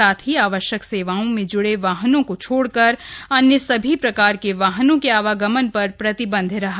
साथ ही आवश्यक सेवाओं में जुड़े वाहनों को छोड़कर अन्य सभी प्रकार के वाहनों के आवागमन पर प्रतिबन्ध रहा